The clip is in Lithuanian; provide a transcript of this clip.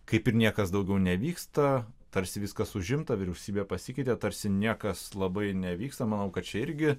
kaip ir niekas daugiau nevyksta tarsi viskas užimta vyriausybė pasikeitė tarsi niekas labai nevyksta manau kad čia irgi